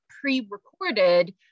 pre-recorded